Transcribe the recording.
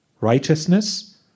righteousness